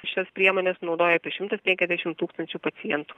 šias priemones naudoja apie šimtas penkiasdešimt tūkstančių pacientų